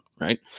right